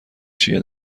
چیه